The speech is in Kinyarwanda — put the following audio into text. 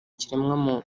ikiremwamuntu